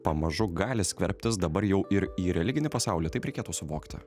pamažu gali skverbtis dabar jau ir į religinį pasaulį taip reikėtų suvokti